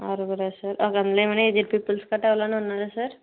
అరుగురా sir okay అందులో ఎమన్నా age peoples గట్ల ఏమన్నా ఉన్నారా సార్